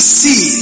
see